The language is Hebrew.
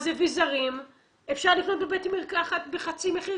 אז אביזרים אפשר לקנות בבית מרקחת בחצי מחיר.